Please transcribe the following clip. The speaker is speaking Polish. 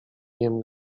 wiem